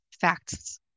facts